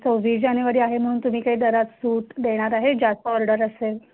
सव्वीस जानेवारी आहे म्हणून तुम्ही काही दरात सूट देणार आहे जास्त ऑर्डर असेल